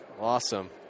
Awesome